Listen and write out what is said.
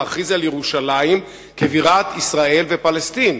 להכריז על ירושלים כבירת ישראל ופלסטין.